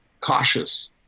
cautious